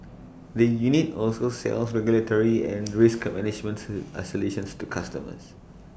the unit also sells regulatory and risk management to A solutions to customers